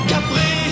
Capri